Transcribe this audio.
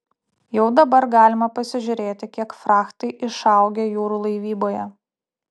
jau dabar galima pasižiūrėti kiek frachtai išaugę jūrų laivyboje